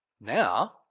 now